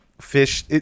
fish